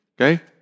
okay